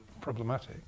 problematic